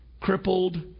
Crippled